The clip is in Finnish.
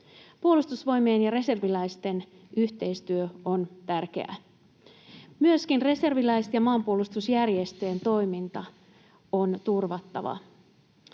Puolustusvoimien ja reserviläisten yhteistyö on tärkeää. Myöskin reserviläis- ja maanpuolustusjärjestöjen toiminta on turvattava.